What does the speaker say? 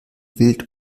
wild